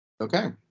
okay